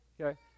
Okay